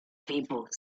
people